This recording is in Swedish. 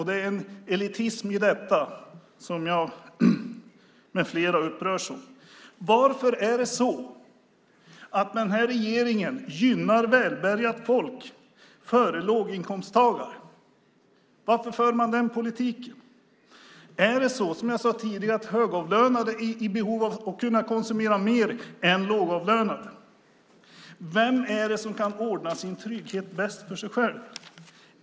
Det finns en elitism i detta som jag med flera upprörs av. Varför är det så att den här regeringen gynnar välbärgat folk före låginkomsttagare? Varför för man den politiken? Är det så som jag sade tidigare att högavlönade är i behov av att kunna konsumera mer än lågavlönade? Vem är det som kan ordna sin trygghet bäst för sig själv?